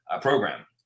program